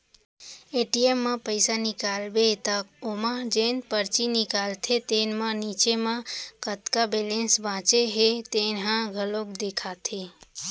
ATM म पइसा निकालबे त ओमा जेन परची निकलथे तेन म नीचे म कतका बेलेंस बाचे हे तेन ह घलोक देखाथे